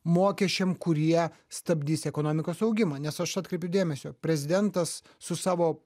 mokesčiam kurie stabdys ekonomikos augimą nes aš atkreipiu dėmesį prezidentas su savo